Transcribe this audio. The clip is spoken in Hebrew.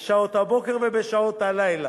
בשעות הבוקר ובשעות הלילה,